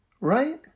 Right